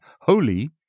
holy